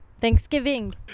thanksgiving